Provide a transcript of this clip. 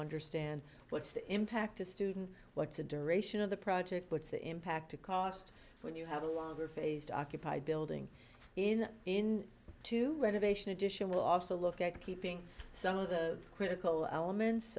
understand what's the impact to student what's the duration of the project what's the impact to cost when you have a longer phased occupied building in in to renovation addition will also look at keeping some of the critical elements